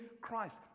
Christ